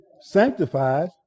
sanctifies